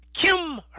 Kim